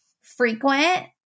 frequent